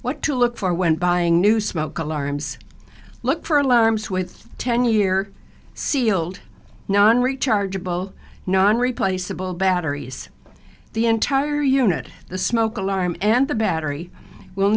what to look for when buying new smoke alarms look for alarms with ten year sealed nine rechargeable non replaceable batteries the entire unit the smoke alarm and the battery will